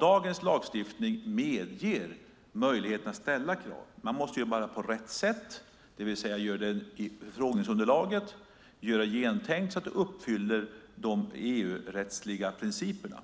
Dagens lagstiftning medger möjligheter att ställa krav. Man måste bara göra det på rätt sätt, det vill säga i förfrågningsunderlaget och genomtänkt, så att man uppfyller de EU-rättsliga principerna.